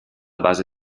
base